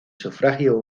sufragio